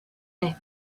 haye